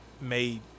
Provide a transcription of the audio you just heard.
made